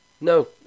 No